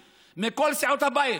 שיהיה לך בהצלחה.